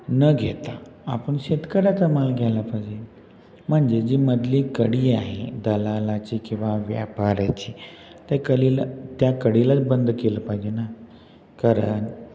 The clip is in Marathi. न घेता आपण शेतकऱ्याचा माल घ्यायला पाहिजे म्हणजे जी मधली कडी आहे दलालाची किंवा व्यापाऱ्याची त्या कलीला त्या कडीलाच बंद केलं पाहिजे ना कारण